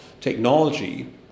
technology